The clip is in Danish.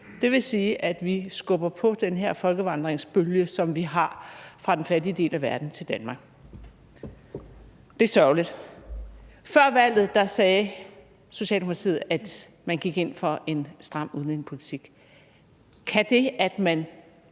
Det vil sige, at vi skubber på den her folkevandringsbølge, der er fra den fattige del af verden til Danmark. Det er sørgeligt. Før valget sagde Socialdemokratiet, at man gik ind for en stram udlændingepolitik. Kan det, at man